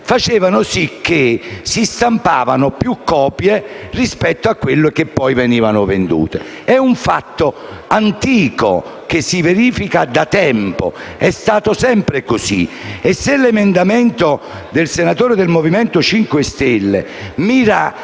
facevano sì che si stampassero più copie rispetto a quelle che poi venivano vendute. È un fatto antico, che si verifica da tempo; è sempre stato così. Se l'emendamento del senatore del Movimento 5 Stelle mira